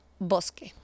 Bosque